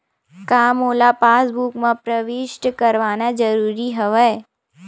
का मोला पासबुक म प्रविष्ट करवाना ज़रूरी हवय?